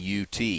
UT